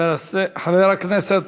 חבר הכנסת